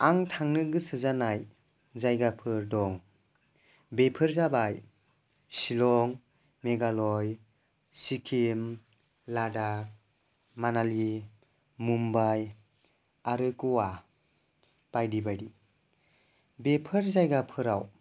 आं थांनो गोसो जानाय जायगाफोर दं बेफोर जाबाय शिलं मेघालय सिक्किम लादाख मानालि मुम्बाइ आरो ग'वा बायदि बायदि बेफोर जायगाफोराव